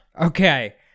Okay